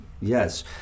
Yes